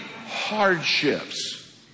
hardships